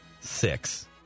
Six